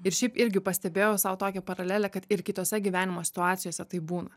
ir šiaip irgi pastebėjau sau tokią paralelę kad ir kitose gyvenimo situacijose taip būna